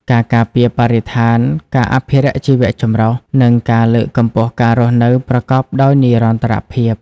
ការពារបរិស្ថាន ការអភិរក្សជីវចម្រុះ និងការលើកកម្ពស់ការរស់នៅប្រកបដោយនិរន្តរភាព។